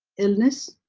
illness,